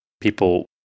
people